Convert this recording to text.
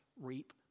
reap